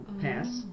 pass